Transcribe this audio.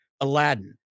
aladdin